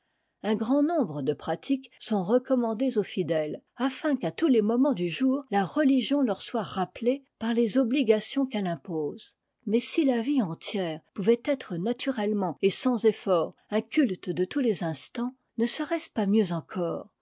un grand nombre de pratiques sont recommandées aux bdèles afin qu'à tous les moments du jour la rehgion leur soit rappelée par les obligations qu'elle impose mais si la vie entière pouvait être naturellement et sans effort un culte de tous les instants ne serait-ce pas mieux encore